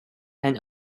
and